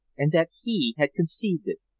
and that he had conceived it,